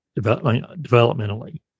developmentally